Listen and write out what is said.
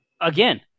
again